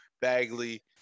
Bagley